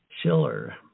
Schiller